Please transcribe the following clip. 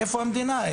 איפה המדינה?